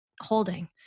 holding